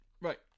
Right